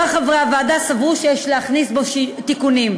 שאר חברי הוועדה סברו שיש להכניס בו תיקונים.